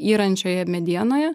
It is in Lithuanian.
yrančioje medienoje